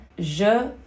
je